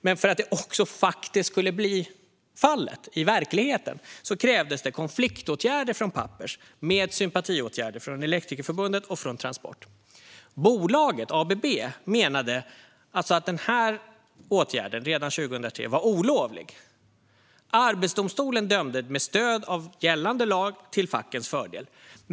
Men för att detta också skulle bli fallet i verkligheten krävdes konfliktåtgärder från Pappers, med sympatiåtgärder från Elektrikerförbundet och från Transport. Bolaget, ABB, menade att den här åtgärden - redan 2003 - var olovlig. Arbetsdomstolen dömde med stöd av gällande lag till fackens fördel.